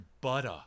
butter